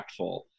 impactful